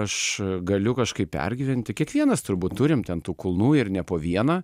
aš galiu kažkaip pergyventi kiekvienas turbūt turim ten tų kulnų ir ne po vieną